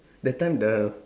that time the